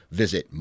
visit